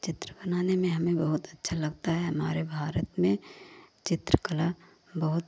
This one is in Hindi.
चित्र बनाने में हमें बहुत अच्छा लगता है हमारे भारत में चित्रकला बहुत